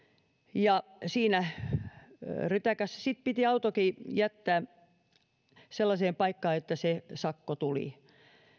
ja siinä rytäkässä sitten piti autokin jättää sellaiseen paikkaan että sakko tuli